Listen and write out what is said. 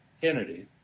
Kennedy